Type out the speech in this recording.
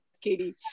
Katie